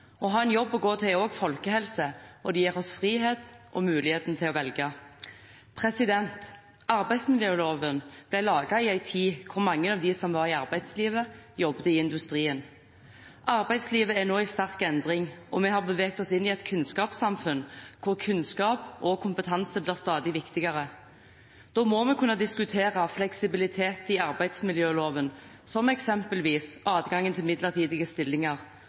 Å ha en jobb å gå til er også folkehelse, og det gir oss frihet og muligheten til å velge. Arbeidsmiljøloven ble laget i en tid da mange av dem som var i arbeidslivet, jobbet i industrien. Arbeidslivet er nå i sterk endring, og vi har beveget oss inn i et kunnskapssamfunn, hvor kunnskap og kompetanse blir stadig viktigere. Da må vi kunne diskutere fleksibilitet i arbeidsmiljøloven, som eksempelvis adgangen til midlertidige stillinger,